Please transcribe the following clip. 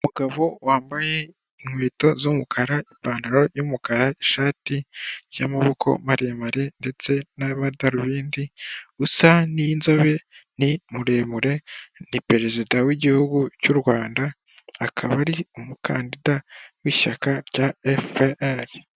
Umugabo wambaye inkweto z'umukara' ipantaro y'umukara ishati y'amaboko maremare ndetse n'amadarubindi usa ni inzobe ni muremure ni perezida wi'igihugu cy'u Rwanda akaba ari umukandida w'ishyaka rya efuperi.